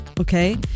Okay